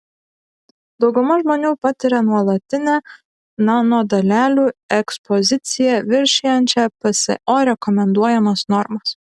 dauguma žmonių patiria nuolatinę nanodalelių ekspoziciją viršijančią pso rekomenduojamas normas